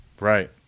Right